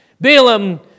Balaam